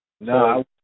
No